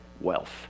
wealth